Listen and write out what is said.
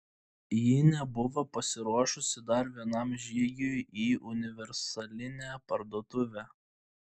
ji nebuvo pasiruošusi dar vienam žygiui į universalinę parduotuvę